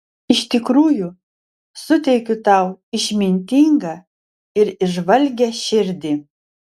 iš tikrųjų suteikiu tau išmintingą ir įžvalgią širdį